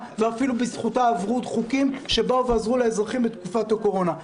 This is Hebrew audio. ואפילו בזכותה עברו חוקים שעזרו לאזרחים בתקופת הקורונה.